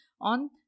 on